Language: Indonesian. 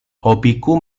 hobiku